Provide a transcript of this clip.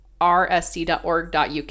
rsc.org.uk